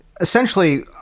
essentially